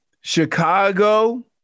Chicago